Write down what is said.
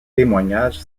témoignages